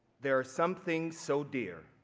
there are some things so dear,